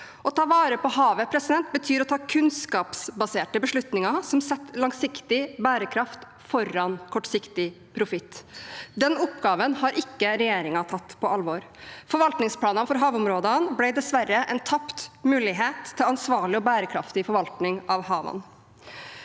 Å ta vare på havet betyr å ta kunnskapsbaserte beslutninger som setter langsiktig bærekraft foran kortsiktig profitt. Den oppgaven har ikke regjeringen tatt på alvor. Forvaltningsplanene for havområdene ble dessverre en tapt mulighet til ansvarlig og bærekraftig forvaltning av havene.